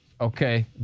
Okay